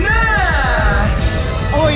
Nah